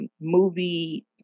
movie